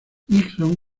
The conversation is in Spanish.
nixon